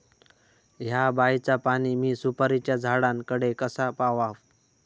हया बायचा पाणी मी सुपारीच्या झाडान कडे कसा पावाव?